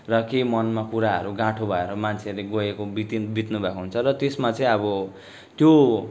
र केही मनमा कुराहरू गाँठो भएर मान्छेहरूले गएको बितिन बित्नु भएको हुन्छ र त्यसमा चाहिँ अब त्यो